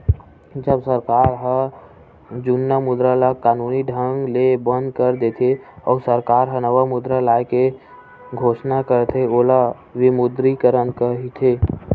जब सरकार ह जुन्ना मुद्रा ल कानूनी ढंग ले बंद कर देथे, अउ सरकार ह नवा मुद्रा लाए के घोसना करथे ओला विमुद्रीकरन कहिथे